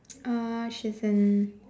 uh she's in